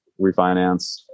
refinance